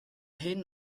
hyn